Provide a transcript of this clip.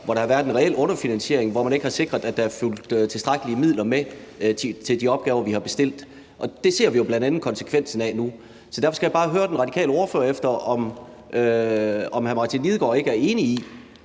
hvor der været en reel underfinansiering, og hvor man ikke har sikret, at der er fulgt tilstrækkelige midler med til de opgaver, vi har bestilt, og det ser vi jo bl.a. konsekvensen af nu. Så derfor skal jeg bare høre den radikale ordfører, hr. Martin Lidegaard, om han ikke er enig i,